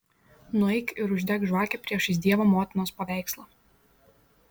nueik ir uždek žvakę priešais dievo motinos paveikslą